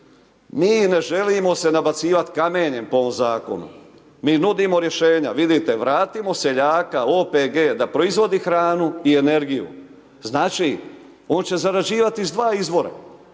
mi ne želimo se nabacivati kamenjem po ovom zakonu, mi nudimo rješenja. Vidite vratimo seljaka, OPG, da proizvodi hranu i energiju. Znači on će zarađivati iz 2 izbora,